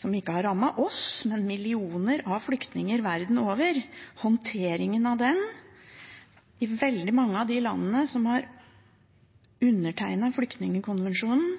som ikke har rammet oss, men millioner av flyktninger verden over – i veldig mange av de landene som har undertegnet flyktningkonvensjonen,